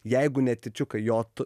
jeigu netyčiukai jo tu